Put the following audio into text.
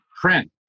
print